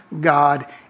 God